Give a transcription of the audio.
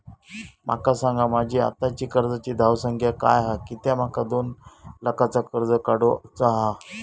माका सांगा माझी आत्ताची कर्जाची धावसंख्या काय हा कित्या माका दोन लाखाचा कर्ज काढू चा हा?